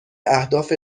اهداف